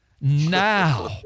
now